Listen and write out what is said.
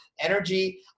energy